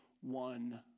one